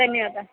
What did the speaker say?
धन्यवादः